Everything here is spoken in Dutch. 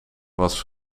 was